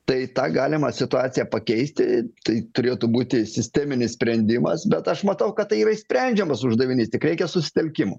tai tą galimą situaciją pakeisti tai turėtų būti sisteminis sprendimas bet aš matau kad tai yra išsprendžiamas uždavinys tik reikia susitelkimo